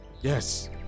Yes